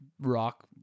rock